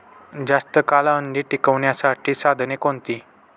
जास्त काळ अंडी टिकवण्यासाठी साधने कोणती?